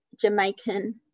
Jamaican